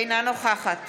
אינה נוכחת